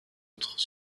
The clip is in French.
autres